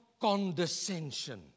condescension